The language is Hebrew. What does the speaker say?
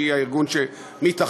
שהיא הארגון שמתחתיו,